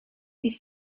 die